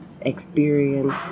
experience